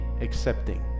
accepting